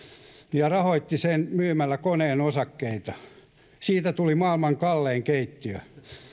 ja rahoitti sen myymällä koneen osakkeita siitä tuli maailman kallein keittiö